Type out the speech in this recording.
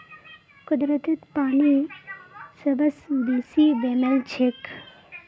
कुदरतत पानी सबस बेसी बेमेल छेक